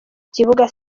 kibuga